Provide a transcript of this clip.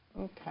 Okay